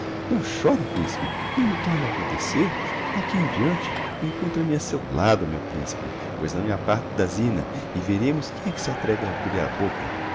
não chore principe não lhe torna a acontecer d'aqui em diante encontra me a seu lado meu principe pois não me aparto da zina e veremos quem é que se atreve a abrir bocca